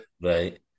Right